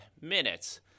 minutes